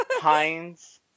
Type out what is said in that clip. Pines